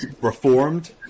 reformed